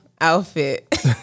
outfit